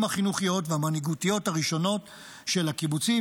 החינוכיות והמנהיגותיות הראשונות של הקיבוצים,